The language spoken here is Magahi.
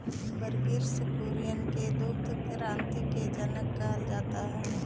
वर्गिस कुरियन के दुग्ध क्रान्ति के जनक कहल जात हई